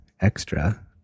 extra